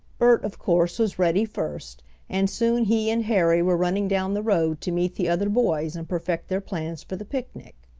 bert, of course, was ready first and soon he and harry were running down the road to meet the other boys and perfect their plans for the picnic.